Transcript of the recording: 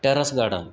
terrace garden